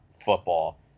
football